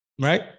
right